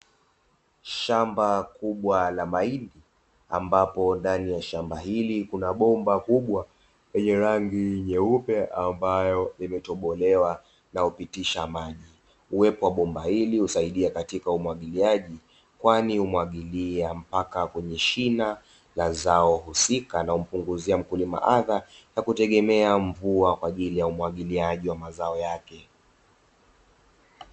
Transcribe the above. Shamba kubwa la mahindi, ambapo ndani ya shamba hili kuna bomba kubwa lenye rangi nyeupe, ambayo imetobolewa na hupitisha maji. Uwepo wa bomba hili husaidia katika umwagiliaji, kwani humwagilia mpaka kwenye shina na zao husika, na humpunguzia mkulima adha ya kutegemea mvua kwa ajili ya umwagiliaji wa mazao yake.